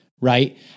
right